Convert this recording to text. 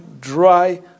dry